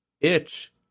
Itch